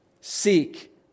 Seek